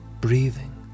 breathing